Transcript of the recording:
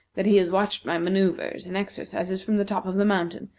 that he has watched my manoeuvres and exercises from the top of the mountain,